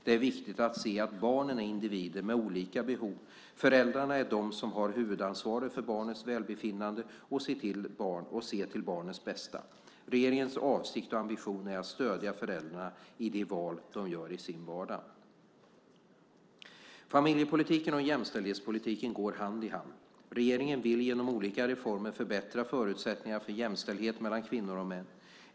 Det är viktigt att se att barnen är individer med olika behov. Föräldrarna är de som har huvudansvaret för barnets välbefinnande och för att se till barnets bästa. Regeringens avsikt och ambition är att stödja föräldrarna i de val de gör i sin vardag. Familjepolitiken och jämställdhetspolitiken går hand i hand. Regeringen vill genom olika reformer förbättra förutsättningarna för jämställdhet mellan kvinnor och män.